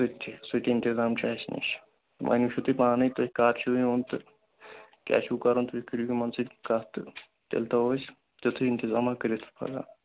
سُہ تہِ چھِ سُہ تہِ اِنتظام تہِ چھِ اَسہِ نِش وۄنۍ وٕچھُو تُہۍ پانَے تۄہہِ کَر چھُو یُن تہٕ کیٛاہ چھُو کَرُن تُہۍ کٔرِو یِمَن سۭتۍ کَتھ تہٕ تیٚلہِ تھاوَو أسۍ تیُتھٕے اِنتظامہ کٔرِتھ پگاہ